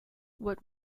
what